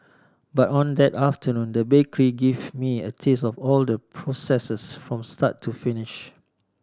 but on that afternoon the bakery gave me a taste of all the processes from start to finish